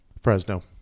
Fresno